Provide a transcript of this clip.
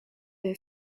est